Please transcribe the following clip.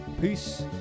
Peace